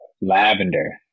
Lavender